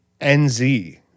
NZ